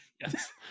Yes